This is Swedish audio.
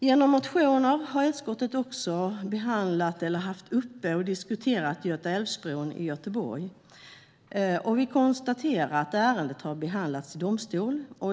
Genom motioner har utskottet behandlat frågan om Götaälvbron i Göteborg och haft den uppe till diskussion. Vi konstaterar att ärendet har behandlats i domstol.